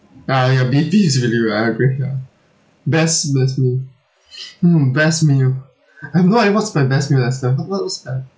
ah your is really well I agree ya best best meal mm best meal I've no idea what's my best meal lester wha~ what was that